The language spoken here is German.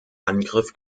angriff